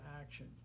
action